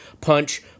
punch